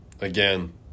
again